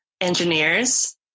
engineers